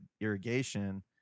irrigation